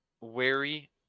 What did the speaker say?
wary